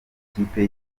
ikipe